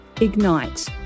Ignite